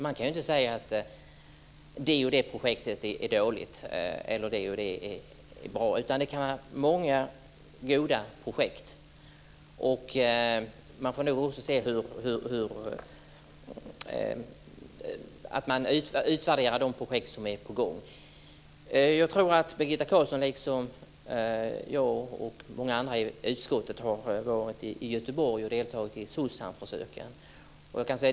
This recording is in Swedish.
Man kan inte säga att ett visst projekt är dåligt eller bra, utan det kan finnas många goda projekt. Man får också se till att man utvärderar de projekt som är på gång. Jag tror att Birgitta Carlsson liksom jag och många andra i utskottet har varit i Göteborg och deltagit i Socsamförsöken.